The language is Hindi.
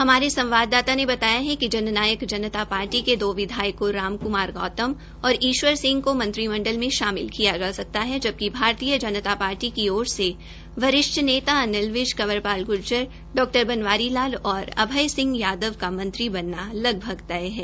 हमारे संवाददाता ने बताया कि जन नायक जनता पार्टी के दो विधायकों राम क्मार गौतम और ईश्वर सिंह को मंत्रिमंडल में शामिल किया जा सकता है जबकि भारतीय जनता पार्टी के ओर से वरिष्ठ नेता अनिल विज कवंर पाल ग्र्जर डा बनवारी लाल और अभय सिंह यादव का मंत्री बनना लगभग तय है